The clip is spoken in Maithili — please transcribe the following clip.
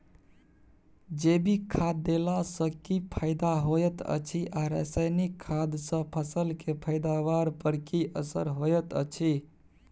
जैविक खाद देला सॅ की फायदा होयत अछि आ रसायनिक खाद सॅ फसल के पैदावार पर की असर होयत अछि?